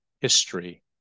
history